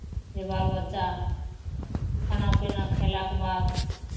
जे बाल बच्चा खाना पीना खयलाके बाद